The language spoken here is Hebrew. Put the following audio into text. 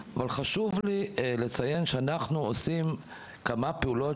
אבל חשוב לי לציין שאנחנו עושים כמה פעולות